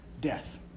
death